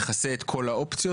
מכסה את כל האופציות?